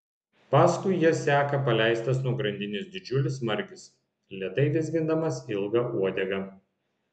paskui jas seka paleistas nuo grandinės didžiulis margis lėtai vizgindamas ilgą uodegą